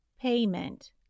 Payment